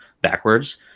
backwards